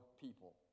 people